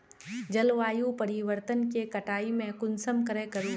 जलवायु परिवर्तन के कटाई में कुंसम करे करूम?